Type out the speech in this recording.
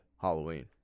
Halloween